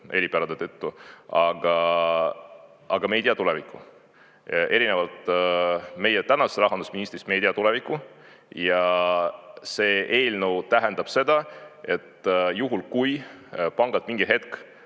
eripärade tõttu, aga me ei tea tulevikku. Erinevalt meie tänasest rahandusministrist me ei tea tulevikku. Ja see eelnõu tähendab seda, et juhul, kui pangad mingi hetk